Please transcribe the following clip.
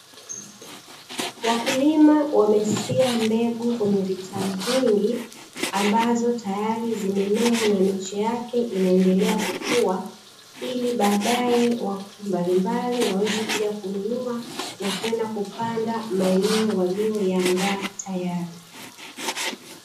Wakulima wamesiha mbegu kwenye vitalu vingi ambazo tayari zimemea na miche yake inaendelea kukua, ili baadae watu mbalimbali waweze kuja kununua na kwenda kupanda maeneo waliyoyaandaa tayari.